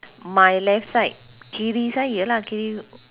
my left side kiri saya lah kiri